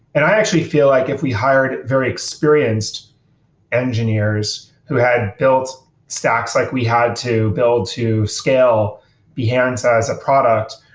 and i actually feel like if we hired very experienced engineers who had built stacks, like we had to build to scale behance as a product,